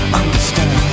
understand